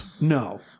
No